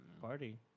Party